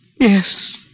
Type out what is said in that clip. Yes